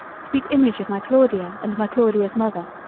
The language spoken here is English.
sweet image of my claudia and my claudia's mother,